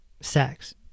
sex